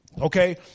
Okay